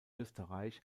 österreich